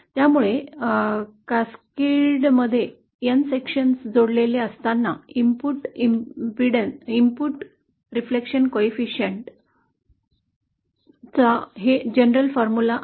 त्यामुळे कॅस्केडमध्ये n विभाग जोडलेले असताना इनपुट प्रतिबिंब सहकार्यक्षम इनपुट प्रतिबिंबसाठी चे हे सर्वसाधारण सूत्र आहे